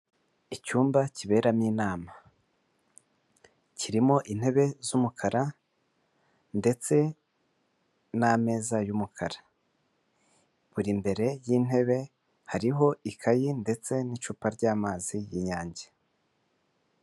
Icyumba kiberamo inama, kirimo intebe z'umukara ndetse n'ameza y'umukara, buri mbere y'intebe hariho ikayi ndetse n'icupa ry'amazi y'inyange.